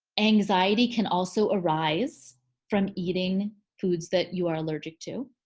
anxiety can also arise from eating foods that you are allergic to.